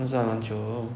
认识她蛮久了 oh